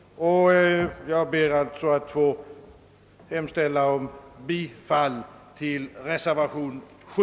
Jag ber alltså att få hemställa om bifall till reservation 7.